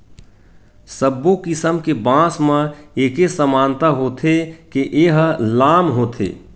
सब्बो किसम के बांस म एके समानता होथे के ए ह लाम होथे